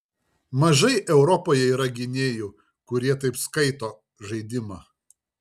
mažai europoje yra gynėjų kurie taip skaito žaidimą